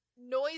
noise